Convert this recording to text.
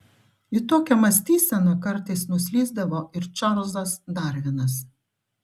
į tokią mąstyseną kartais nuslysdavo ir čarlzas darvinas